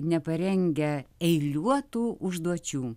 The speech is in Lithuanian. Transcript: neparengia eiliuotų užduočių